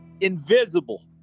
invisible